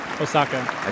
Osaka